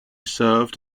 served